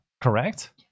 Correct